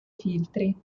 filtri